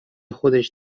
خودش